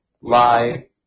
lie